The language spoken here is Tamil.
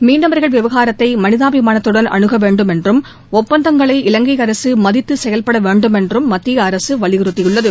மீனவர்கள் விவகாரத்தை மனிதாபிமானத்துடன் அனுக வேண்டும் என்றும் ஒப்பந்தங்களை இலங்கை அரசு மதித்து செயல்பட வேண்டும் என்றும் மத்திய அரசு வலியுறுத்தியுள்ளது